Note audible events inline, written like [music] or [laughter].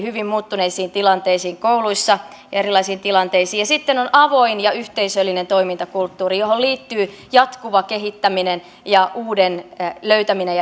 [unintelligible] hyvin muuttuneisiin tilanteisiin kouluissa erilaisiin tilanteisiin sitten on avoin ja yhteisöllinen toimintakulttuuri johon liittyy jatkuva kehittäminen ja uuden löytäminen [unintelligible]